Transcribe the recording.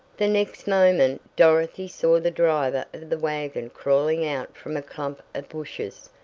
the next moment dorothy saw the driver the wagon crawling out from a clump of bushes.